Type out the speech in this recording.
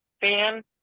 fan